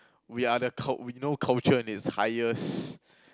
we are the cult~ we know culture in its highest